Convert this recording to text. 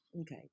Okay